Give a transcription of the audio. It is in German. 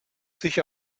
sich